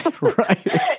Right